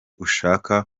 ushaka